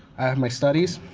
i have my studies,